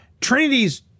Trinity's